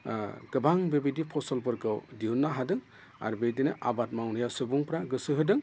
गोबां बेबायदि फसलफोरखौ दिहुननो हादों आरो बिदिनो आबाद मावनायाव सुबुंफ्रा गोसो होदों